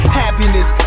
happiness